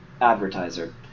advertiser